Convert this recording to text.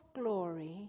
glory